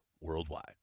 worldwide